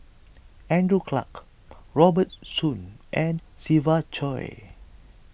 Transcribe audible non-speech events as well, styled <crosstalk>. <noise> Andrew Clarke Robert Soon and Siva Choy